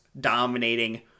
dominating